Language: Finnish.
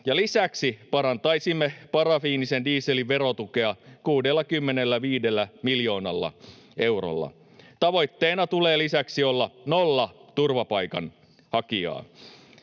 lisäksi parantaisimme parafiinisen dieselin verotukea 65 miljoonalla eurolla. Tavoitteena tulee lisäksi olla nolla turvapaikanhakijaa.